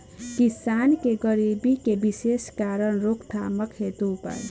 किसान के गरीबी के विशेष कारण रोकथाम हेतु उपाय?